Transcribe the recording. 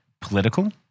political